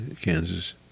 Kansas